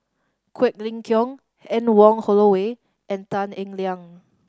Quek Ling Kiong Anne Wong Holloway and Tan Eng Liang